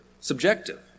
subjective